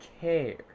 care